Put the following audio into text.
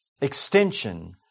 extension